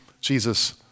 Jesus